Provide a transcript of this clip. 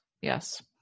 yes